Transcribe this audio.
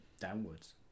downwards